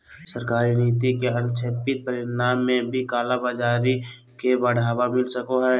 सरकारी नीति के अनपेक्षित परिणाम में भी कालाबाज़ारी के बढ़ावा मिल सको हइ